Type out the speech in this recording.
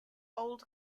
old